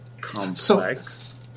complex